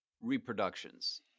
reproductions